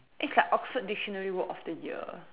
it's like oxford dictionary word of the year